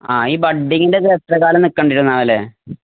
ആ ഈ ബഡ്ഡിങ്ങിൻ്റേത് എത്ര കാലം നില്ക്കേണ്ടിവരും